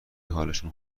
حالشون